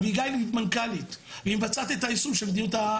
אביגיל היא מנכ"לית והיא מבצעת את היישום של מדיניות.